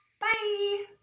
Bye